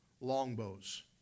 longbows